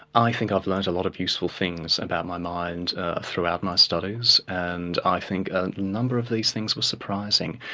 i think i've learnt a lot of useful things about my mind throughout my studies and i think a number of these things were surprising,